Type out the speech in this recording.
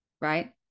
right